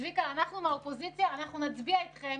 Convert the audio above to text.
צביקה, אנחנו מהאופוזיציה, אנחנו נצביע אתכם.